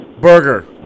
Burger